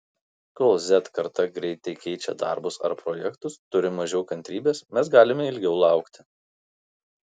kol z karta greitai keičia darbus ar projektus turi mažiau kantrybės mes galime ilgiau laukti